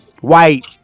White